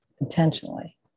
intentionally